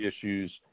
issues